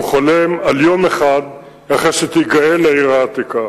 הוא חולם על "יום אחד אחרי שתיגאל העיר העתיקה"